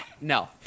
No